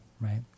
right